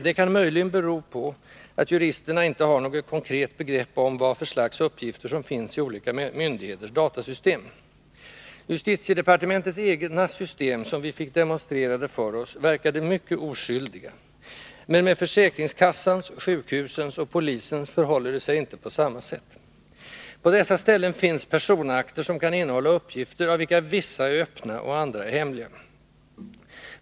Det kan möjligen bero på att juristerna inte har något konkret begrepp om vad för slags uppgifter som finns i olika myndigheters datasystem. Justitiedepartementets egna system — som vi fick demonstrerade för oss — verkade mycket oskyldiga, men med försäkringskassans, sjukhusens och polisens förhåller det sig inte på samma sätt. På dessa ställen finns personakter som kan innehålla uppgifter av vilka vissa är öppna och andra är hemliga.